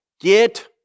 get